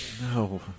No